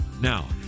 now